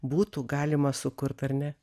būtų galima sukurt ar ne